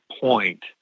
point